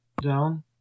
Down